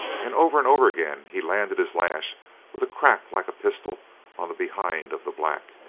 and over and over again he landed his lash with a crack like a pistol on the behind of the black,